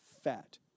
fat